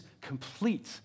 complete